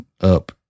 up